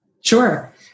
Sure